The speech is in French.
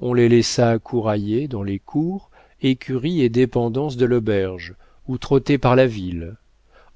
on les laissa courailler dans les cours écuries et dépendances de l'auberge ou trotter par la ville